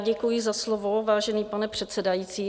Děkuji za slovo, vážený pane předsedající.